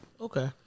Okay